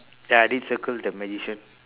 ya I didn't circle the magician